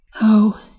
Oh